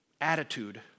attitude